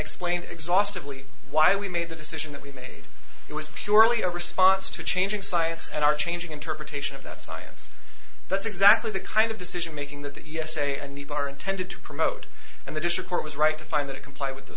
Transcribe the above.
explained exhaustively why we made the decision that we made it was purely a response to changing science and our changing interpretation of that science that's exactly the kind of decision making that the e s a and meet are intended to promote and the district court was right to find that it c